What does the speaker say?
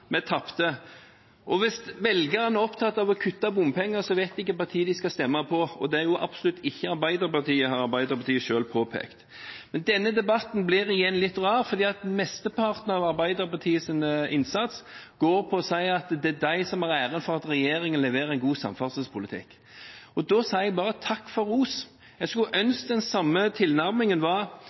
tapte. Hvis velgerne er opptatt av å kutte bompenger, vet de hvilket parti de skal stemme på. Det er absolutt ikke Arbeiderpartiet, har Arbeiderpartiet selv påpekt. Denne debatten blir igjen litt rar, for mesteparten av Arbeiderpartiets innsats går ut på å si at det er de som har æren for at regjeringen leverer en god samferdselspolitikk. Da sier jeg bare takk for ros. Jeg hadde ønsket at den samme tilnærmingen var